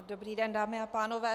Dobrý den, dámy a pánové.